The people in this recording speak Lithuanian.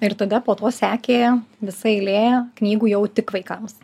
ir tada po to sekė visa eilė knygų jau tik vaikams